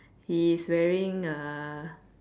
he is wearing a